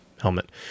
helmet